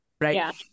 right